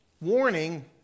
warning